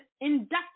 inducted